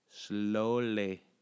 slowly